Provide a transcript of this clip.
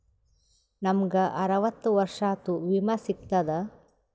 ನಮ್ ಗ ಅರವತ್ತ ವರ್ಷಾತು ವಿಮಾ ಸಿಗ್ತದಾ?